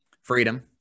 Freedom